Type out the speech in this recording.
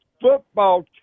Football